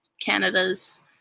Canada's